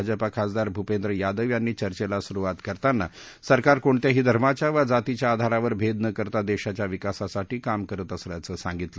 भाजपा खासदार भुपेंद्र यादव यांनी चर्चेला सुरूवात करतांना सरकार कोणत्याही धर्माच्या वा जातीच्या आधारावर भेद न करता देशाच्या विकासासाठी काम करत असल्याचं सांगितलं